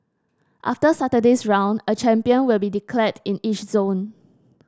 after Saturday's round a champion will be declared in each zone